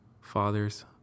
Fathers